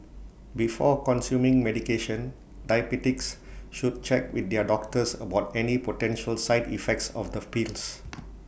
before consuming medication diabetics should check with their doctors about any potential side effects of the pills